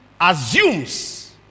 assumes